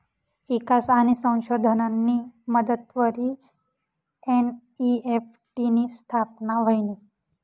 ईकास आणि संशोधननी मदतवरी एन.ई.एफ.टी नी स्थापना व्हयनी